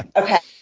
okay,